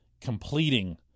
completing